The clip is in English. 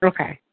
Okay